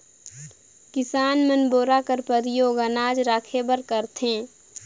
किसान मन बोरा कर परियोग अनाज राखे बर करथे